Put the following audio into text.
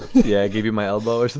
yeah, i give you my elbow